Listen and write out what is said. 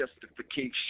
justification